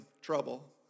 trouble